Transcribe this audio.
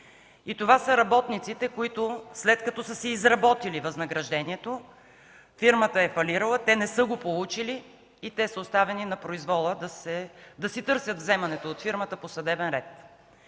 Това са работниците, които след като са си изработили възнаграждението, фирмата е фалирала, те не са го получили и са оставени на произвола да си търсят вземанията от фирмата по съдебен ред.